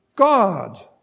God